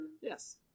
Yes